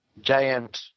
giant